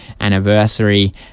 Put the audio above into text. anniversary